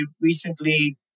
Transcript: recently